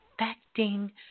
affecting